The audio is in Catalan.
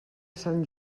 sant